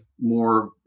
more